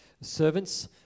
servants